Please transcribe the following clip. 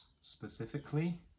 specifically